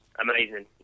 amazing